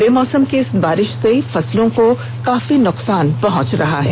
बेमौसम की इस बारिष से फसलों को काफी नुकसान पहुंच रहा है